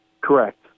Correct